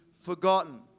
forgotten